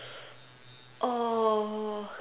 uh